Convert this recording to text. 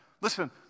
Listen